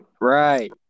Right